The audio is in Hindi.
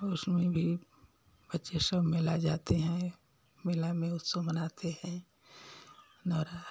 और उसमें भी बच्चे सब मेला जाते हैं मेला में उत्सव मनाते हैं नवरा